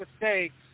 mistakes